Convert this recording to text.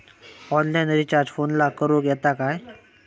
Online recharge फोनला करूक येता काय?